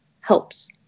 helps